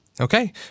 okay